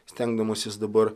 stengdamasis dabar